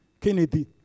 Kennedy